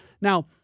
Now